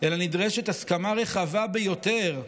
אלא נדרשת הסכמה רחבה ביותר,